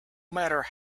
matter